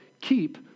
keep